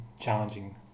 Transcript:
challenging